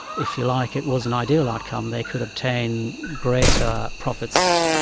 if you like, it was an ideal outcome they could obtain greater profits,